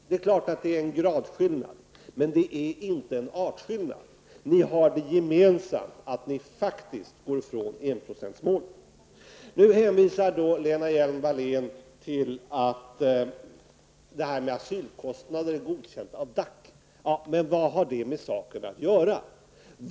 Det är klart att det är en gradskillnad, men det är inte en artskillnad. Ni har det gemensamt att ni faktiskt går ifrån enprocentsmålet. Nu hänvisar Lena Hjelm-Wallén till att förfaringssättet med asylkostnaderna är godkänt av DAC. Men vad har det med saken att göra?